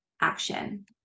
action